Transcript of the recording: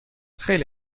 خیلی